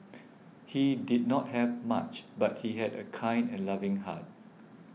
he did not have much but he had a kind and loving heart